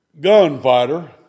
gunfighter